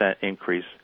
increase